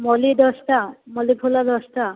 ମଲ୍ଲି ଦଶଟା ମଲ୍ଲି ଫୁଲ ଦଶଟା